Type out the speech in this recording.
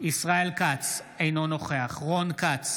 ישראל כץ, אינו נוכח רון כץ,